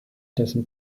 dessen